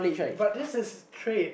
but this is trade